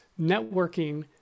networking